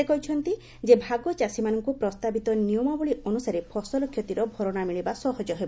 ସେ କହିଛନ୍ତି ଯେ ଭାଗ ଚାଷୀମାନଙ୍ଙୁ ପ୍ରସ୍ତାବିତ ନିୟମାବଳୀ ଅନୁସାରେ ଫସଲ କ୍ଷତିର ଭରଶା ମିଳିବା ସହଜ ହେବ